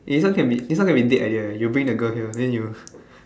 A this one can be this one can be dead idea air you bring the girl here then you